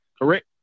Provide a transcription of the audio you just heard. correct